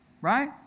right